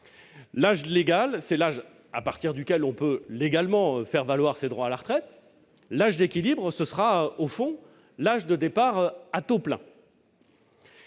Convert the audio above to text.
l'âge légal, qui est l'âge à partir duquel on peut faire valoir ses droits à la retraite. L'âge d'équilibre sera, au fond, l'âge de départ à taux plein.